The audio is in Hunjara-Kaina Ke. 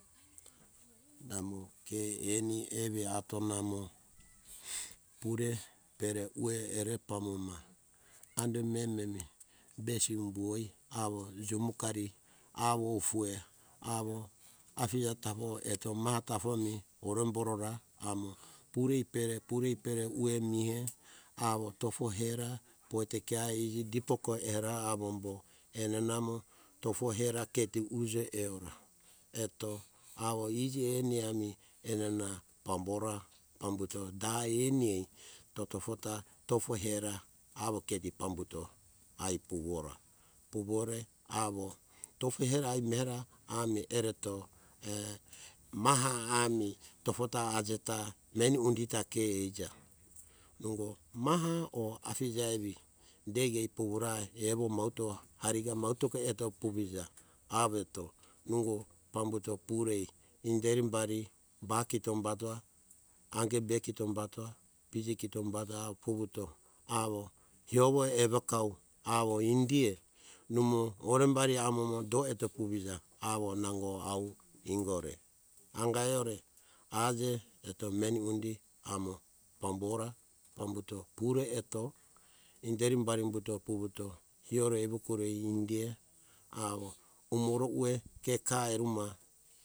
Namo ke eni evi atonamo purepere ueh ere pambuma ando meme mi besi humbuoi awo, simokari awo ufue awo eto afija tafo eto maha tafo emi oremborora amo purepe purepere ueh mehe awo tofo hera pojeto kiae iji dipori era avombo enena amo tofo hera keti uje eora eto awo iji eni ami enena pambora pambuto da eni ai totofota tofo hera awo keti pambuto ai vuvu ora, vuvu ore awo tofo hera ai mera ami ereto, eh maha ami ereto tofota ajeta meni undi ta ke ija. Ingo maha o afija evi deki eh vuvurai evo maute eto vuvuja avo eto ingo pambuto purei inderi humbari ba kito humatoa angebe kito humatoa pije kito humatoa vuvuto awo hiovu evekau awo indiea imo orembari amo do eto vuvija awo nango au ingore. Anga eure aje eto meni undi amo pambora pambuto pure eto inderi bari humbuto vuvuto hiore evekio india umoro ue keka eruma.